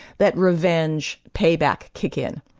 that revenge, payback kick in.